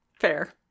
Fair